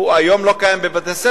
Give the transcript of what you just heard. היום הוא לא קיים בבתי-ספר,